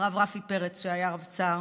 שהיה רבצ"ר,